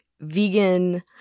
vegan